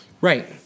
Right